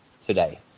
today